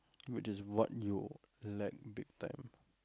which is what you lack big time